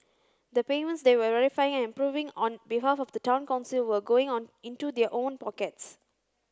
the payments they were verifying and approving on behalf of the Town Council were going on into their own pockets